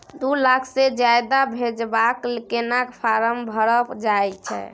दू लाख से ज्यादा भेजबाक केना फारम भरल जाए छै?